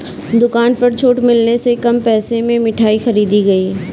दुकान पर छूट मिलने से कम पैसे में मिठाई खरीदी गई